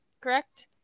correct